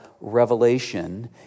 Revelation